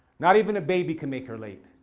not even a baby can make her late.